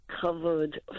covered